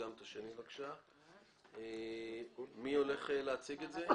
מי יציג את זה?